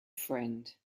friend